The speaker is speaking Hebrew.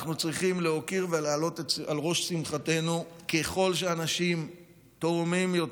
אנחנו צריכים להוקיר ולהעלות על ראש שמחתנו: ככל שאנשים תורמים יותר,